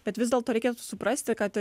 bet vis dėlto reikėtų suprasti kad